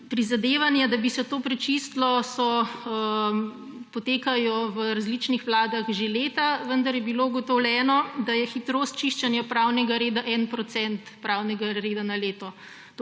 Prizadevanja, da bi se to prečistilo, potekajo v različnih vladah že leta, vendar je bilo ugotovljeno, da je hitrost čiščenja pravnega reda en procent pravnega reda na leto.